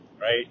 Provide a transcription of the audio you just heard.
right